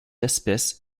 espèce